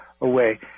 away